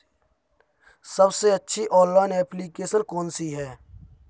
सबसे अच्छी online application कौन सी है?